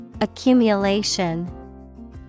Accumulation